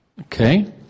Okay